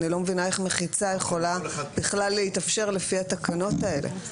אני לא מבינה איך מחיצה יכולה להתאפשר לפי התקנות האלה.